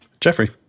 Jeffrey